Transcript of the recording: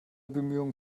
bemühungen